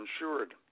insured